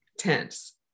tense